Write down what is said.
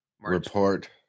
Report